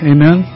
Amen